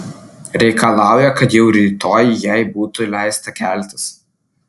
reikalauja kad jau rytoj jai būtų leista keltis